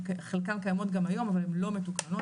חלקן קיימות גם היום אבל הן לא מתוקננות.